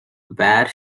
where